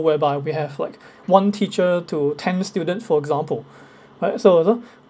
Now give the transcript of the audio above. whereby we have like one teacher to ten student for example like so uh